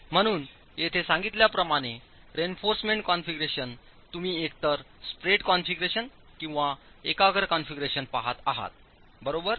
म्हणून येथे सांगितल्याप्रमाणे रेइन्फॉर्समेंट कॉन्फिगरेशन तुम्ही एकतर स्प्रेड कॉन्फिगरेशन किंवा एकाग्र कॉन्फिगरेशन पहात आहात बरोबर